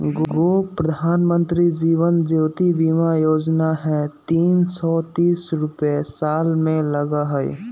गो प्रधानमंत्री जीवन ज्योति बीमा योजना है तीन सौ तीस रुपए साल में लगहई?